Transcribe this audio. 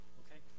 okay